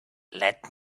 let